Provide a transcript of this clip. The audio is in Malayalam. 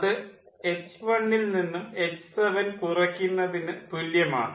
അത് എച്ച് 1 ൽ നിന്നും എച്ച് 7 കുറയ്ക്കുന്നതിന് തുല്യമാണ്